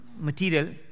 material